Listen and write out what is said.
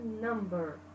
number